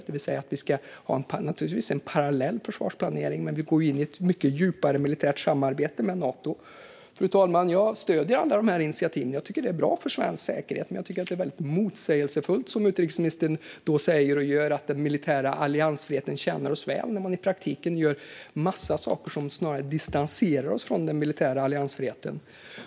Det vill säga att vi naturligtvis ska ha en parallell försvarsplanering, men vi går ju in i ett mycket djupare militärt samarbete med Nato. Fru talman! Jag stöder alla dessa initiativ och tycker att de är bra för svensk säkerhet. Men jag tycker att det är motsägelsefullt när utrikesministern säger att den militära alliansfriheten tjänar oss väl när vi i praktiken gör en massa saker som snarare distanserar oss från den militära alliansfriheten.